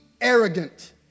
arrogant